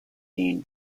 dean